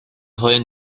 heulen